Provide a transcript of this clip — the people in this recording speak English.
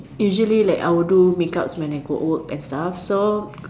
usually like I will do when I got work and stuff so